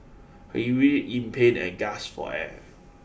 he writhed in pain and gasped for air